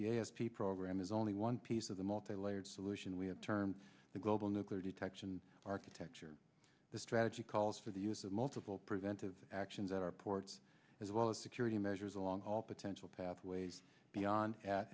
the s p pro ogram is only one piece of the multilayered solution we have termed the global nuclear detection architecture the strategy calls for the use of multiple preventive actions at our ports as well as security measures along all potential pathways beyond at